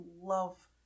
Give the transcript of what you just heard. love